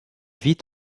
vit